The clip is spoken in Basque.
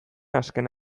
azken